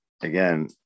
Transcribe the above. again